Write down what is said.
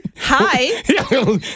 Hi